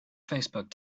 facebook